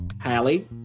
Hallie